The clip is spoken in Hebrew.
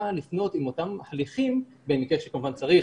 לפנות עם אותם הליכים במקרה שכמובן צריך,